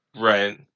Right